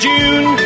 June